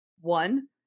One